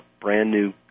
brand-new